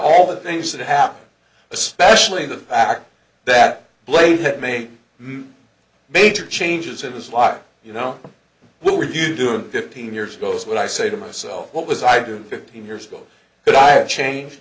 all the things that happened especially the fact that blade may make major changes in his life you know what were you doing fifteen years ago is what i say to myself what was i do fifteen years ago that i have changed